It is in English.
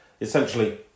Essentially